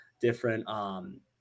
different –